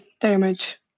damage